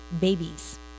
babies